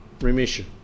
remission